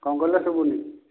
କ'ଣ କହିଲେ ଶୁଭୁନି